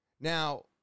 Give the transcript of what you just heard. Now